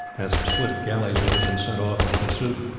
as swift galleys would have been sent off in pursuit,